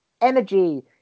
energy